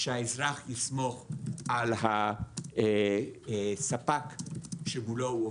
שהאזרח יסמוך על הספק שמולו הוא עובד,